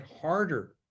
harder